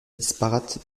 disparate